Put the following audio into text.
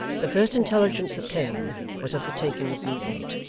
the first intelligence that came, was of the taking of newgate,